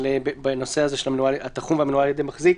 בנושא הזה של "תחום ומנוהל על ידי מחזיק".